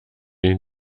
den